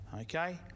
Okay